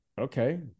Okay